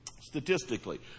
statistically